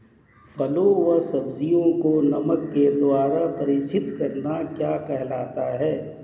फलों व सब्जियों को नमक के द्वारा परीक्षित करना क्या कहलाता है?